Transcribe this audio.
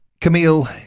Camille